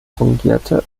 fungierte